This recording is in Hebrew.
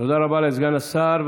תודה רבה לסגן השר.